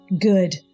good